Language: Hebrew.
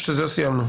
או שזהו, סיימנו?